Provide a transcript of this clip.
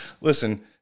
Listen